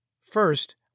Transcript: First